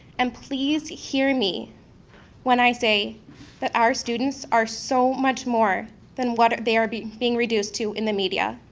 and please hear me when i say that our students are so much more than what they are being being reduced to in the media.